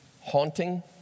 haunting